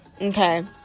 Okay